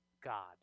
God